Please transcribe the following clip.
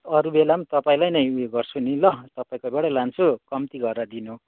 अरू बेला पनि तपाईँलाई नै उयो गर्छु नि ल तपाईँकोबाटै लान्छु कम्ती गरेर दिनु